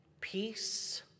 peace